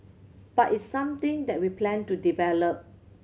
but it's something that we plan to develop